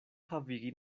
havigi